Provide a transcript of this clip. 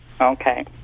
okay